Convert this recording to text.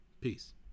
peace